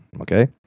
Okay